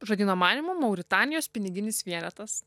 žodyno manymu mauritanijos piniginis vienetas